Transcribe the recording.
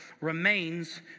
remains